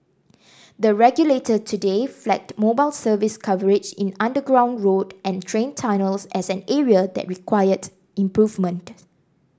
the regulator today flagged mobile service coverage in underground road and train tunnels as an area that required improvement